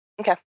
Okay